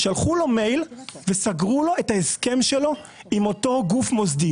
שלחו לו מייל וסגרו לו את ההסכם שלו עם אותו גוף מוסדי.